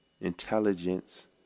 intelligence